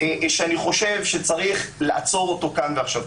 שאני חושב שצריך לעצור אותו כאן ועכשיו.